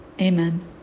Amen